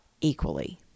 equally